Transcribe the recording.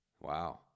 Wow